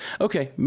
Okay